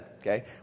Okay